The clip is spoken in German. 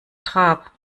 trab